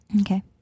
Okay